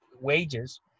wages